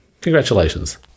Congratulations